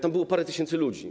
Tam było parę tysięcy ludzi.